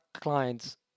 clients